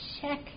check